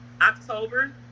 October